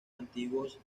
antiguos